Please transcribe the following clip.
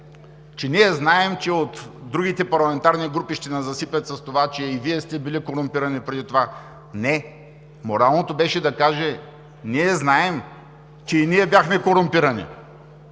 „Ние знаем, че от другите парламентарни групи ще ни засипят с това, че и Вие сте били корумпирани преди това“ – не, моралното беше да каже: „Ние знаем, че и ние бяхме корумпирани“.